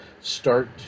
start